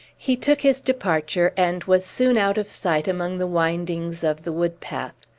he took his departure, and was soon out of sight among the windings of the wood-path.